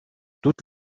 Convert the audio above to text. toute